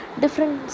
different